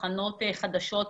השאלה מה האמת,